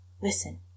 Listen